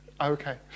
Okay